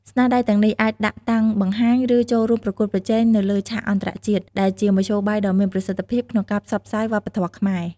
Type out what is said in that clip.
ស្នាដៃទាំងនេះអាចដាក់តាំងបង្ហាញ ឬចូលរួមប្រកួតប្រជែងនៅលើឆាកអន្តរជាតិ ដែលជាមធ្យោបាយដ៏មានប្រសិទ្ធភាពក្នុងការផ្សព្វផ្សាយវប្បធម៌ខ្មែរ។